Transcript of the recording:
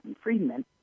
Friedman